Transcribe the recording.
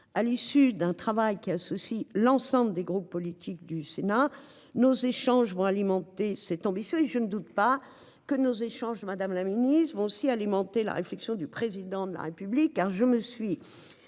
À l'issue d'un travail qui associe l'ensemble des groupes politiques du Sénat nos échanges vont alimenter cette ambition et je ne doute pas que nos échanges Madame la Ministre vont aussi alimenter la réflexion du président de la République car je me suis